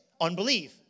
Unbelief